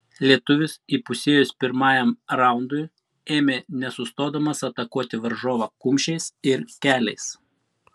lietuvis įpusėjus pirmajam raundui ėmė nesustodamas atakuoti varžovą kumščiais ir keliais